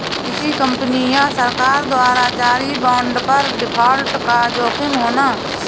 किसी कंपनी या सरकार द्वारा जारी बांड पर डिफ़ॉल्ट का जोखिम होना